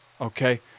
Okay